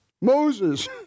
Moses